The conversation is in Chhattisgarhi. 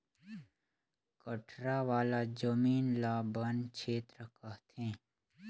कठरा वाला जमीन ल बन छेत्र कहथें